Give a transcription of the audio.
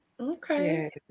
Okay